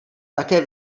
také